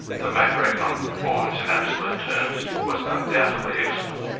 the macroeconomic performance in absolute terms was undoubtedly excellent,